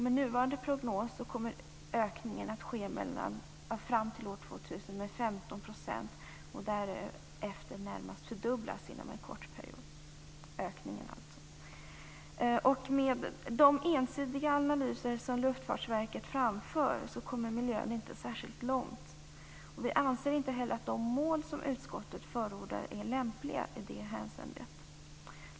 Med nuvarande prognos kommer ökningen att ske fram till år 2000 med 15 % och därefter inom en kort period närmast fördubblas. Med de ensidiga analyser som Luftfartsverket framför kommer miljön inte särskilt långt. Vi anser inte heller att de mål som utskottet förordar är lämpliga i det hänseendet.